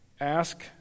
ask